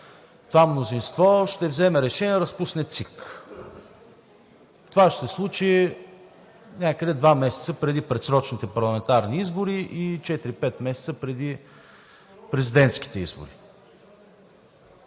това мнозинство ще вземе решение да разпусне ЦИК. Това ще се случи някъде два месеца преди предсрочните парламентарни избори и четири-пет месеца преди президентските избори.